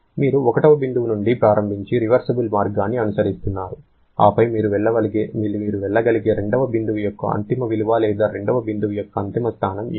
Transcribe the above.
మీరు 1 వ బిందువు నుండి ప్రారంభించి రివర్సిబుల్ మార్గాన్ని అనుసరిస్తున్నారు ఆపై మీరు వెళ్ళగలిగే 2 వ బిందువు యొక్క అంతిమ విలువ లేదా 2 వ బిందువు యొక్క అంతిమ స్థానం ఏమిటి